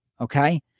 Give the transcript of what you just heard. Okay